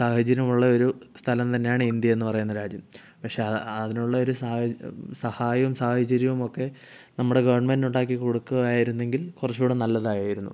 സാഹചര്യം ഉള്ള ഒരു സ്ഥലം തന്നെയാണ് ഇന്ത്യ എന്ന് പറയുന്നത് രാജ്യം പക്ഷേ അതിനുള്ള ഒരു സാഹ സഹായവും സാഹചര്യവും ഒക്കെ നമ്മുടെ ഗവൺമെൻറ് ഒണ്ടാക്കിക്കൊടുക്കുവായിരുന്നെങ്കിൽ കുറച്ചുടെ നല്ലതായിരുന്നു